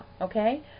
okay